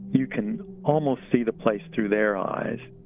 you can almost see the place through their eyes.